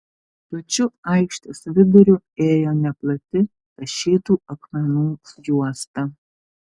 pačiu aikštės viduriu ėjo neplati tašytų akmenų juosta